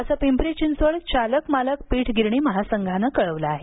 असं पिंपरी चिंचवड चालक मालक पीठ गिरणी महासंघानं कळवलं आहे